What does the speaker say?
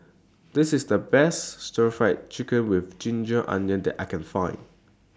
This IS The Best Stir Fried Chicken with Ginger Onions that I Can Find